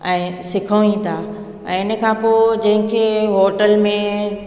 ऐं सिखो ई था ऐं हिन खां पोइ जंहिंखे होटल में